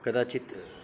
कदाचित्